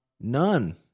none